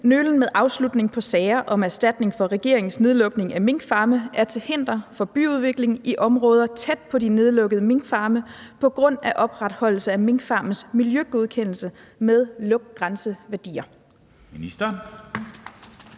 nølen med afslutning på sager om erstatning for regeringens nedlukning af minkfarme er til hinder for byudvikling i områder tæt på de nedlukkede minkfarme på grund af opretholdelse af minkfarmens miljøgodkendelse med lugtgrænseværdier? Formanden